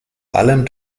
allem